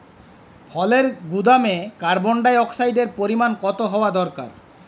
ফলের গুদামে কার্বন ডাই অক্সাইডের পরিমাণ কত হওয়া দরকার?